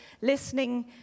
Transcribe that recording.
listening